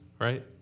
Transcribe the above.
right